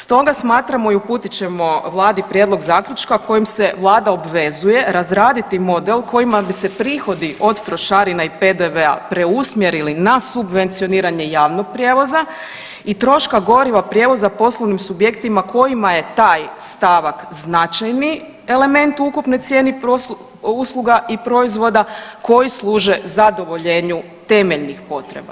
Stoga smatramo i uputi ćemo vladi prijedlog zaključka kojim se vlada obvezuje razraditi model kojima bi prihodi od trošarina i PDV-a preusmjerili na subvencioniranje javnog prijevoza i troška goriva prijevoza poslovnim subjektima kojima je taj stavak značajni element u ukupnoj cijeni usluga i proizvoda koji služe zadovoljenju temeljnih potreba.